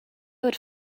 would